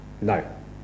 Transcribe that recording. No